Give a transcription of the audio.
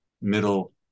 Middle